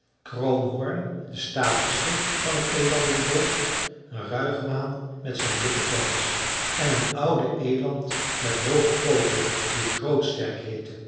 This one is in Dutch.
kroonhoorn de statigste van het elandenvolk ruigmaan met zijn dikken pels en een oude eland met hooge pooten die grootsterk heette